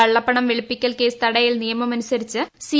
കളളപ്പണം വെളുപ്പിക്കൽ കേസ് തടയൽ നിയമമനുസരിച്ച് സി